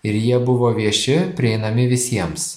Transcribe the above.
ir jie buvo vieši prieinami visiems